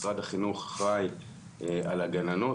משרד החינוך אחראי על הגננות,